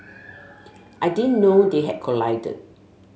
I didn't know they had collided